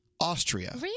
Austria